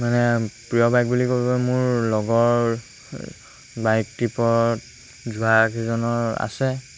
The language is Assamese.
মানে প্ৰিয় বাইক বুলি ক'বলৈ মোৰ লগৰ বাইক ট্ৰিপত যোৱা কেইজনৰ আছে